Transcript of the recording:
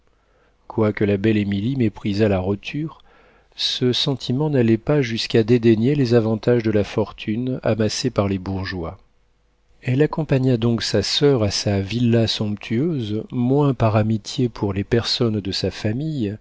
quoique la belle émilie méprisât la roture ce sentiment n'allait pas jusqu'à dédaigner les avantages de la fortune amassée par les bourgeois elle accompagna donc sa soeur à sa villa somptueuse moins par amitié pour les personnes de sa famille